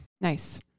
Nice